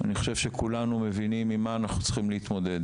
אני חושב שכולנו מבינים עם מה אנחנו צריכים להתמודד.